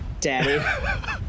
Daddy